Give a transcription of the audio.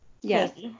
Yes